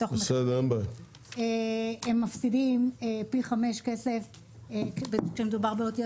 הם מפסידים פי 5 כסף כשמדובר באותיות